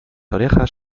orejas